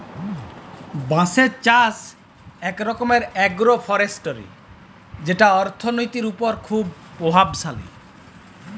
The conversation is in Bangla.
বাঁশের চাষ ইক রকম আগ্রো ফরেস্টিরি যেট অথ্থলিতির উপর খুব পরভাবশালী